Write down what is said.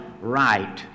right